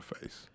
face